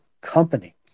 company